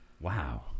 Wow